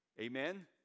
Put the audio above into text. Amen